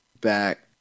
back